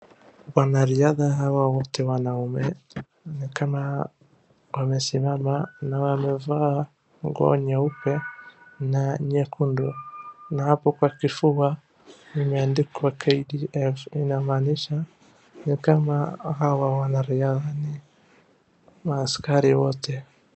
Wanariadha hawa wote wanaume ni kama wamesimama na wamevaa nguo nyeupe na nyekundu na hapo kwa kifua imeandikwa KDF, inamaanisha ni kama hawa wanariadha ni maaskari wote.